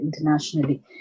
internationally